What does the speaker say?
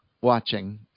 watching